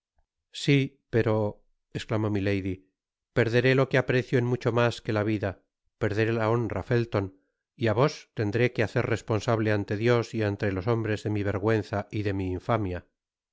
si pero esclamó milady perderé lo que aprecio en mucho mas que la vida perderé la honra felton y á vos tendré que hacer responsable ante dios y ante los hombres de mi vergüenza y de mi infamia